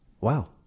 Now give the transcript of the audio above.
wow